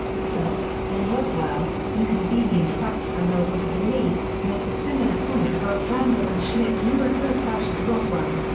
pflock, in roswell inconvenient facts and the will to believe, makes a similar point about randle and schmitt's ufo crash at roswell.